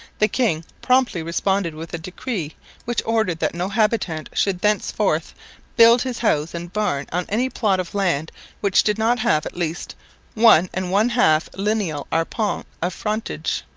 the king promptly responded with a decree which ordered that no habitant should thenceforth build his house and barn on any plot of land which did not have at least one and one-half lineal arpents of frontage